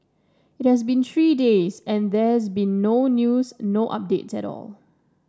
it has been three days and there has been no news no updates at all